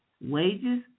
Wages